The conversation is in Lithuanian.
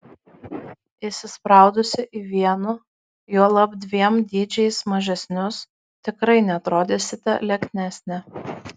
įsispraudusi į vienu juolab dviem dydžiais mažesnius tikrai neatrodysite lieknesnė